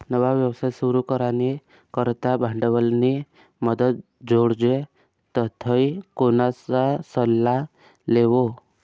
नवा व्यवसाय सुरू करानी करता भांडवलनी मदत जोइजे तधय कोणा सल्ला लेवो